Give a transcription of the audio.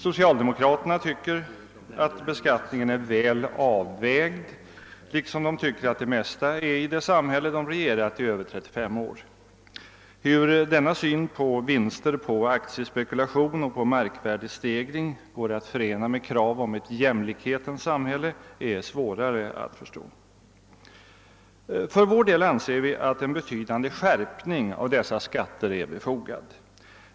Socialdemokraterna tycker att beskaitningen är väl avvägd liksom de tycker att det mesta är i det samhälle som de regerat i under över 35 år. Hur denna syn på vinster genom aktiespekulation och markvärdestegring kan förenas med kravet om ett jämlikhetens samhälle är emellertid svårt att förstå. För vår del anser vi att en betydande skärpning av dessa skatter är befogad.